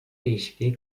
değişikliği